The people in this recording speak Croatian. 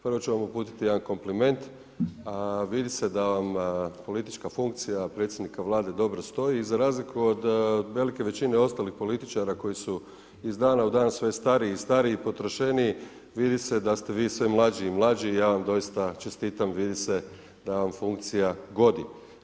Prvo ću vam uputiti jedan kompliment, vidi se da vam politička funkcija predsjednika Vlade dobro stoji, za razliku od velike većine ostalih političara, koji su iz dana u dan, sve stariji i stariji, potrošniji, vidi se da ste vi sve mlađi i mlađi i ja vam doista čestitam, vidi se da vam funkcija godi.